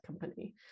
company